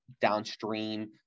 downstream